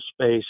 space